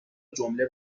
جمله